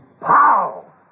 pow